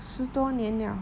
十多年了